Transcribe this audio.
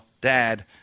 dad